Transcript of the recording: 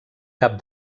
cap